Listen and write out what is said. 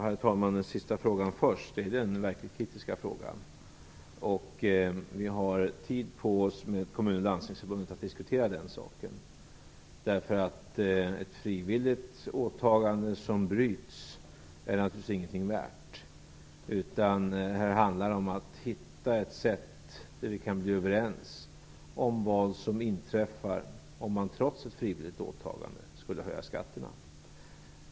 Herr talman! Jag börjar med den avslutande frågan som är den som är den verkligt kritiska frågan. Vi har tid på oss att diskutera saken med Kommunförbundet och Landstingsförbundet. Ett frivilligt åtagande som bryts är naturligtvis ingenting värt. Här handlar det om att hitta ett sätt för att vi skall kunna bli överens om vad som inträffar om kommunerna trots ett frivilligt åtagande skulle höja skatterna.